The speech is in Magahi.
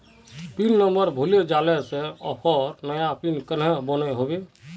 पिन नंबर भूले जाले से ऑफर नया पिन कन्हे बनो होबे?